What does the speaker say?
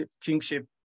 kingship